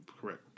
correct